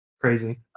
Crazy